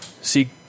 see